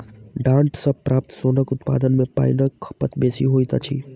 डांट सॅ प्राप्त सोनक उत्पादन मे पाइनक खपत बेसी होइत अछि